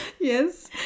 Yes